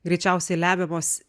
greičiausiai lemiamos